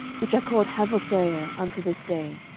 which are called havothjair unto this day,